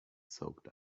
soaked